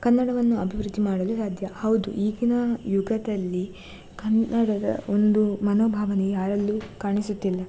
ಕನ್ನಡವನ್ನು ಅಭಿವೃದ್ಧಿ ಮಾಡಲು ಸಾಧ್ಯ ಹೌದು ಈಗಿನ ಯುಗದಲ್ಲಿ ಕನ್ನಡದ ಒಂದು ಮನೋಭಾವನೆ ಯಾರಲ್ಲೂ ಕಾಣಿಸುತ್ತಿಲ್ಲ